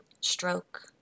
stroke